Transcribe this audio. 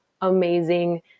amazing